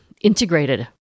integrated